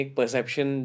perception